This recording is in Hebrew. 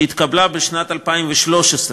שהתקבלה בשנת 2013,